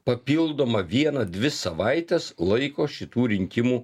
papildomą vieną dvi savaites laiko šitų rinkimų